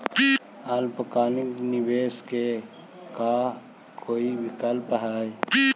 अल्पकालिक निवेश के का कोई विकल्प है?